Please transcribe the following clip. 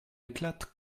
éclate